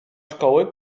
szkoły